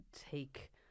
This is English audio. take